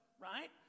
right